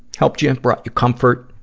helped you, brought you comfort,